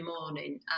morning